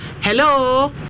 Hello